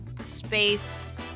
space